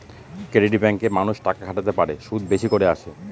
credit ব্যাঙ্কে মানুষ টাকা খাটাতে পারে, সুদ বেশি করে আসে